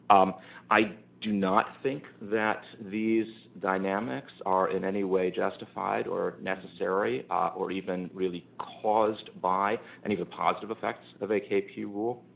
um i do not think that these dynamics are in any way justified or necessary or even really caused by any of the positive effects of akp rule.